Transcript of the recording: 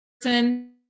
person